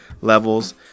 levels